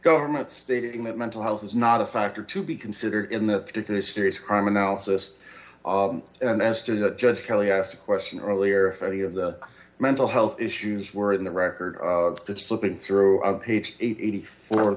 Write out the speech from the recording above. government stating that mental health is not a factor to be considered in that particular serious crime analysis and as to just kelly asked a question earlier if any of the mental health issues were in the record that's flipping through a page eighty four of